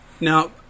Now